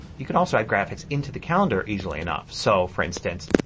you can also add graphics into the calendar easily enough. so, for instance,